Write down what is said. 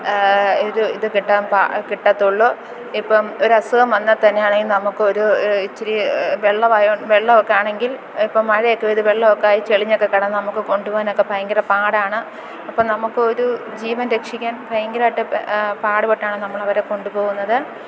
ഇത് ഇത് കെട്ടാന് പാ കിട്ടത്തുള്ളു ഇപ്പം ഒരസുഖം വന്നാൽത്തന്നെയാണേല് നമുക്കൊരു ഇച്ചിരി വെള്ളമായോ വെള്ളമൊക്കെ ആണെങ്കില് ഇപ്പം മഴയൊക്കെ പെയ്ത് വെള്ളമൊക്കെയായി ചെളിഞ്ഞൊക്കെ കിടന്നാൽ നമുക്കു കൊണ്ടു പോകാനൊക്കെ ഭയങ്കര പാടാണ് അപ്പം നമുക്കൊരു ജീവന് രക്ഷിക്കാന് ഭയങ്കരമായിട്ട് പെ പാടുപെട്ടാണ് നമ്മളവരെ കൊണ്ടു പോകുന്നത്